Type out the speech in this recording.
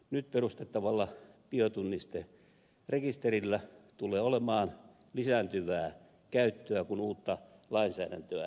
nyt perustettavalla biotunnisterekisterillä tulee olemaan lisääntyvää käyttöä kun uutta lainsäädäntöä synnytetään